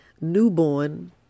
newborn